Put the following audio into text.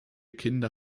kinder